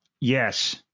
Yes